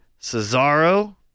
Cesaro